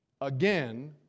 again